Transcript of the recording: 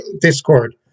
discord